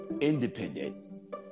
independent